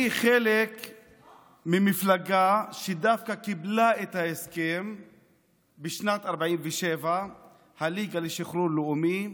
אני חלק ממפלגה שדווקא קיבלה את ההסכם בשנת 47' הליגה לשחרור לאומי.